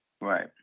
Right